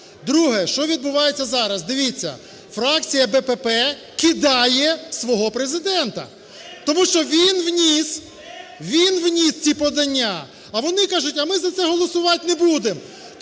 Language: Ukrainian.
Друге. Що відбувається зараз? Дивіться, фракція БПП кидає свого Президента, тому що він вніс ці подання, а вони кажуть, а ми за це голосувати не будемо.